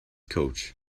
coach